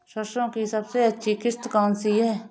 सरसो की सबसे अच्छी किश्त कौन सी है?